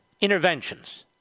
interventions